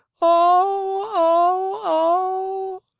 oh, oh!